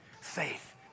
faith